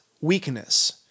weakness